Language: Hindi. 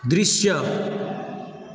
दृश्य